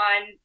on